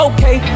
Okay